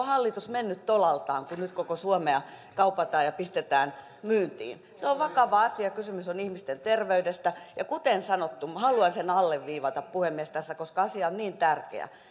hallitus mennyt tolaltaan kun nyt koko suomea kaupataan ja pistetään myyntiin se on vakava asia kysymys on ihmisten terveydestä ja kuten sanottu minä haluan sen alleviivata puhemies tässä koska asia on niin tärkeä